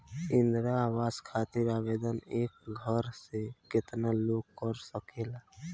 इंद्रा आवास खातिर आवेदन एक घर से केतना लोग कर सकेला?